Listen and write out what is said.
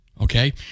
okay